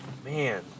Man